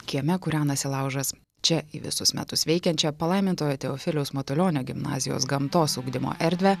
kieme kūrenasi laužas čia į visus metus veikiančią palaimintojo teofiliaus matulionio gimnazijos gamtos ugdymo erdvę